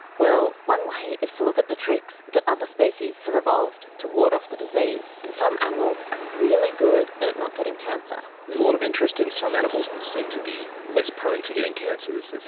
well, one way is to look at the tricks that other species have evolved to ward off the disease. and some animals are really good at not getting cancer. there's a lot of interest in some animals that seem to be less prone to getting cancers.